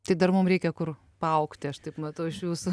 tai dar mums reikia kur paaugti aš taip matau iš jūsų